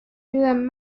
doing